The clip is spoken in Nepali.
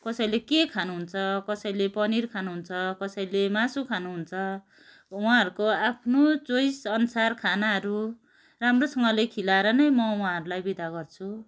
कसैले के खानुहुन्छ कसैले पनिर खानुहुन्छ कसैले मासु खानुहुन्छ उहाँहरूको आफ्नो चोइस अनुसार खानाहरू राम्रोसँगले खिलाएर नै म उहाँहरूलाई विदा गर्छु